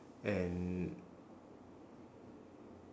and